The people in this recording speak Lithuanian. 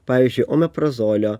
pavyzdžiui omeprazolio